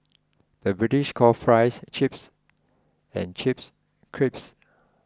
the British calls Fries Chips and Chips Crisps